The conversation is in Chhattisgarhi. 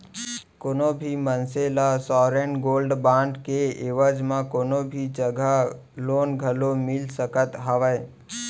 कोनो भी मनसे ल सॉवरेन गोल्ड बांड के एवज म कोनो भी जघा लोन घलोक मिल सकत हावय